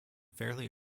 fairly